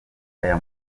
aya